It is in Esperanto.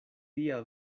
tia